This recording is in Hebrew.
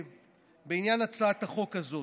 בעניין הצעת החוק הזאת,